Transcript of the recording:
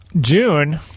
June